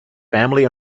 family